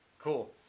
Cool